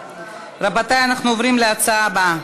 רבותי, אנחנו עוברים להצעה הבאה,